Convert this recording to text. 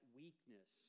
weakness